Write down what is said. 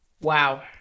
Wow